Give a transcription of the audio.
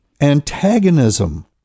antagonism